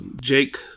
Jake